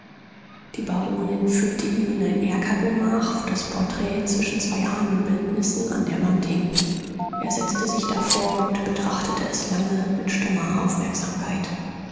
die baronin führte ihn in ein erkergemach wo das porträt zwischen zwei ahnenbildnissen an der wand hing er setzte sich davor und betrachtete es lange mit stummer aufmerksamkeit